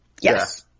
Yes